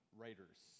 writers